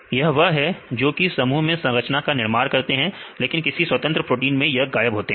यह वह है जो कि समूह में संरचना का निर्माण करते हैं लेकिन किसी स्वतंत्र प्रोटीन में यह गायब होते हैं